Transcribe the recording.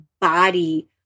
body